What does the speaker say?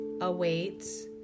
awaits